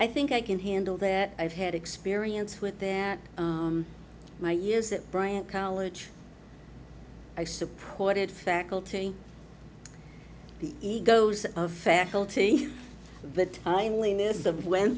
i think i can handle that i've had experience with them at my years at bryant college i supported faculty the egos of faculty the